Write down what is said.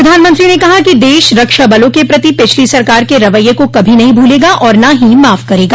प्रधानमंत्री ने कहा कि देश रक्षा बलों क प्रति पिछली सरकार के रवैये को कभी नहीं भूलेगा और न ही माफ करेगा